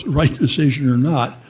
right decision or not.